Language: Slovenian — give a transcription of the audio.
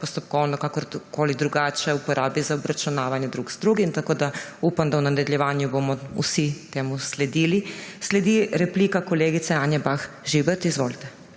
postopkovno karkoli drugače uporabi za obračunavanje drug z drugim. Upam, da v nadaljevanju bomo vsi temu sledili. Sledi replika kolegice Anje Bah Žibert. Izvolite.